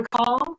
call